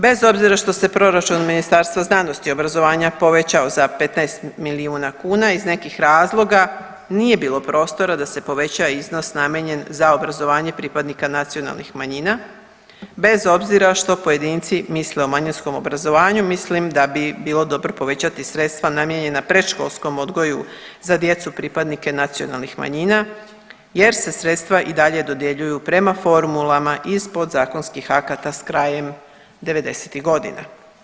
Bez obzira što se proračun Ministarstva znanosti i obrazovanja povećao za 15 milijuna kuna iz nekih razloga nije bilo prostora da se poveća iznos namijenjen za obrazovanje pripadnika nacionalnih manjina bez obzira što pojedinci misle o manjinskom obrazovanju mislim da bi bilo dobro povećati sredstva namijenjena predškolskom odgoju za djecu pripadnike nacionalnih manjina jer se sredstva i dalje dodjeljuju prema formulama ispod podzakonskih akata s krajem devedesetih godina.